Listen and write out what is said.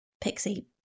pixie